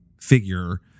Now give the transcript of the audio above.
figure